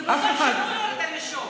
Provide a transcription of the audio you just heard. ובסוף שינו לו את הרישום,